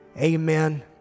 Amen